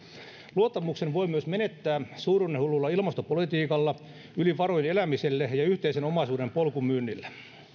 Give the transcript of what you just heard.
luottamuksen voi myös menettää suuruudenhullulla ilmastopolitiikalla yli varojen elämisellä ja ja yhteisen omaisuuden polkumyynnillä